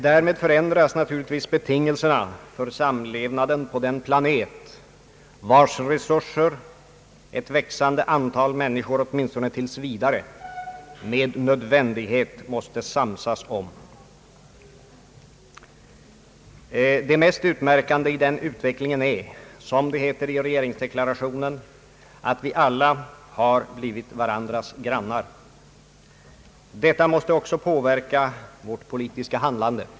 Därmed förändras naturligtvis betingelserna för samlevnaden på den planet vars resurser ett växande antal människor åtminstone tills vidare med nödvändighet måste samsas om. Det mest utmärkande i den utvecklingen är — som det heter i regeringsdeklarationen — att vi alla har blivit varandras grannar. Detta måste också påverka vårt politiska handlande.